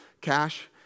Cash